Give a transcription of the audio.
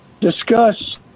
discuss